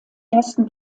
ersten